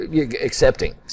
accepting